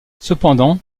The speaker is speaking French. cependant